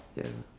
ya